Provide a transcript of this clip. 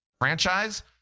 Franchise